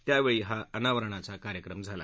यावछी हा अनावरणाचा कार्यक्रम झाला